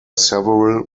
several